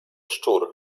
szczur